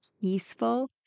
peaceful